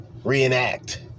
reenact